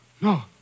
No